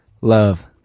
Love